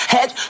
Head